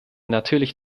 natürlich